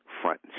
Front